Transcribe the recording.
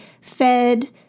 fed